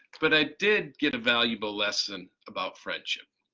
but i did get a valuable lesson about friendship.